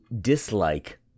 dislike